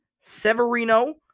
Severino